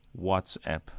WhatsApp